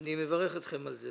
ואני מברך אתכם על זה.